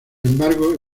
embargo